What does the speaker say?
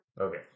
Okay